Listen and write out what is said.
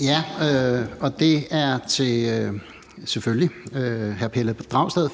Ja, og det er selvfølgelig til hr. Pelle Dragsted.